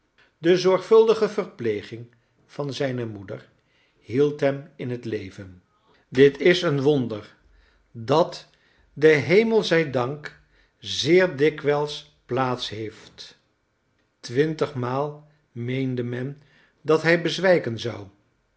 de zorgvuldige verpleging van zijne moeder hield hem in het leven dit is een wonder dat den hemel zij dank zeer dikwijls plaats heeft twintigmaal meende men dat hij bezwijken zou